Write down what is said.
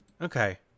okay